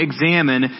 examine